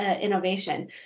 innovation